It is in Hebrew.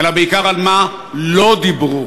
אלא בעיקר על מה לא דיברו.